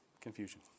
Confusion